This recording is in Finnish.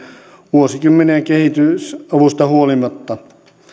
vuosikymmenien kehitysavusta huolimatta